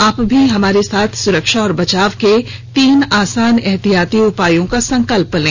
आप भी हमारे साथ सुरक्षा और बचाव के तीन आसान एहतियाती उपायों का संकल्प लें